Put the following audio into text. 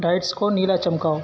ڈائٹس کو نیلا چمکاؤ